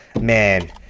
man